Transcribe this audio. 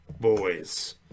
boys